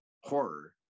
horror